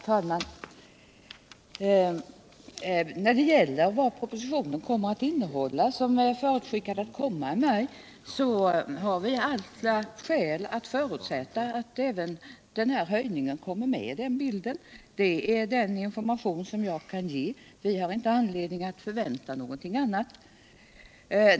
Herr talman! När det gäller innehållet i den proposition som har förutskickats komma i maj har vi alla skäl att förutsätta att även den här aktuella höjningen kommer med i bilden. Det är den information jag kan ge. Vi har inte anledning att förvänta någonting annat.